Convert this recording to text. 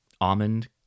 almond